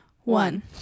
one